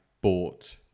bought